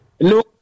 no